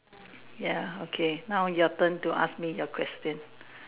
ya okay now your turn to ask me your question